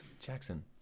Jackson